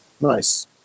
Nice